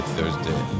Thursday